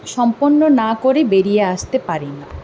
সম্পন্ন না করে বেরিয়ে আসতে পারি না